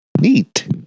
Neat